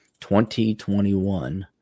2021